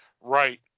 right